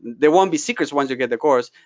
they won't be secrets once you get the course.